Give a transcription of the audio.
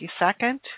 22nd